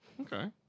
Okay